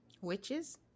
Witches